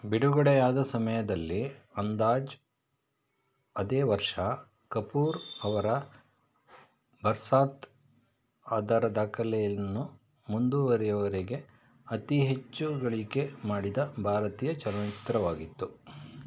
ಬಿಡುಗಡೆಯಾದ ಸಮಯದಲ್ಲಿ ಅಂದಾಜ್ ಅದೇ ವರ್ಷ ಕಪೂರ್ ಅವರ ಬರ್ಸಾತ್ ಅದರ ದಾಖಲೆಯನ್ನು ಮುಂದುವರೆಯುವವರೆಗೆ ಅತಿ ಹೆಚ್ಚು ಗಳಿಕೆ ಮಾಡಿದ ಭಾರತೀಯ ಚಲನಚಿತ್ರವಾಗಿತ್ತು